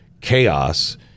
chaos